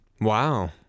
Wow